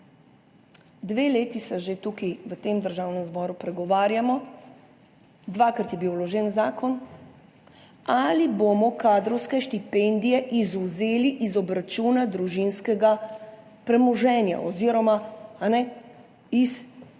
Dve leti se že tukaj v tem državnem zboru pregovarjamo, dvakrat je bil vložen zakon, ali bomo kadrovske štipendije izvzeli iz obračuna družinskega premoženja oziroma iz družinskih